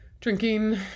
Drinking